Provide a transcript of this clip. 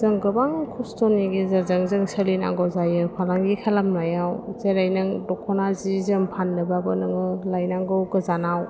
जों गोबां खस्थ'नि गेजेरजों जों सोलिनांगौ जायो फालांगि खालामनायाव जेरै नों दख'ना जि जोम फाननोबाबो नोङो लायनांगौ गोजानाव